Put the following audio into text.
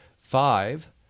five